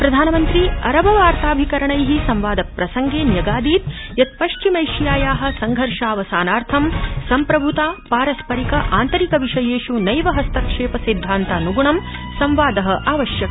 प्रधानमन्त्री अरब वार्ताभिकरणै संवादप्रसंगे न्यगादीद यत् पश्चिमैशियाया संघर्षावसानाथं सम्प्रभ्तापारस्परिक आन्तरिक विषयेष् नैव हस्तक्षेप सिद्धान्तानुग्णं संवाद आवश्यक